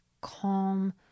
calm